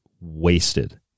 wasted